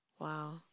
Wow